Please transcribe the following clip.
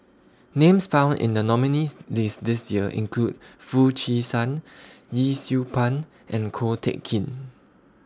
Names found in The nominees' list This Year include Foo Chee San Yee Siew Pun and Ko Teck Kin